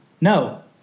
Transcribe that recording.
No